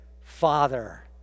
Father